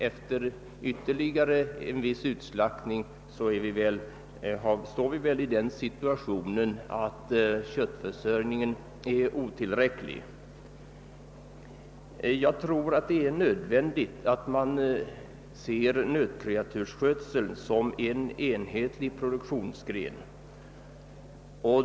Efter ytterligare en viss utslaktning har vi väl den situationen att köttförsörjningen är otillräcklig. Jag tror att det är nödvändigt att man ser nötkreatursskötseln som en enhetlig produktionsgren.